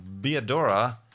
Beadora